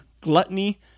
gluttony